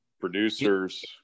Producers